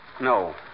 No